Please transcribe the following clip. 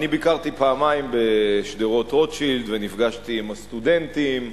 ואני ביקרתי פעמיים בשדרות-רוטשילד ונפגשתי עם הסטודנטים,